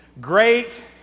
Great